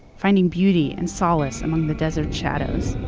finding beauty and solace among the desert shadows,